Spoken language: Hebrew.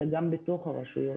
אלא גם בתוך הרשויות.